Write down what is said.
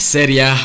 Seria